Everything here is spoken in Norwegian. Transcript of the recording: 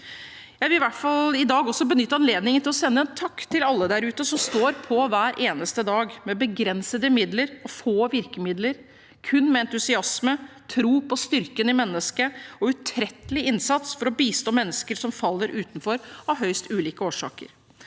Jeg vil i dag også benytte anledningen til å sende en takk til alle der ute som står på hver eneste dag, med begrensede midler og få virkemidler, kun med entusiasme, tro på styrken i mennesket og utrettelig innsats, for å bistå mennesker som faller utenfor av høyst ulike årsaker.